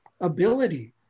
ability